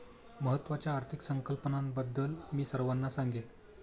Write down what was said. महत्त्वाच्या आर्थिक संकल्पनांबद्दल मी सर्वांना सांगेन